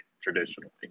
traditionally